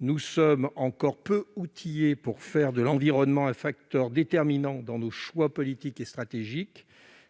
Nous sommes encore peu outillés pour faire de l'environnement un facteur déterminant dans nos choix politiques et stratégiques.